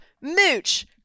Mooch